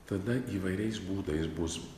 tada įvairiais būdais bus